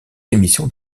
émissions